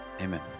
Amen